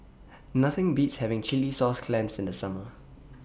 Nothing Beats having Chilli Sauce Clams in The Summer